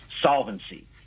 solvency